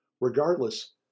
Regardless